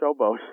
Showboat